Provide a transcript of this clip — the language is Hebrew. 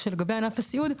כשלגבי ענף הסיעוד,